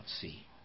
see